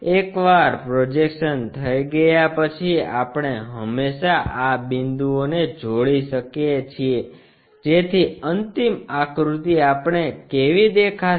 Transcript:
એકવાર પ્રોજેક્શન થઈ ગયા પછી આપણે હંમેશા આ બિંદુઓને જોડી શકીએ છીએ જેથી અંતિમ આકૃતિ આપણે કેવી દેખાશે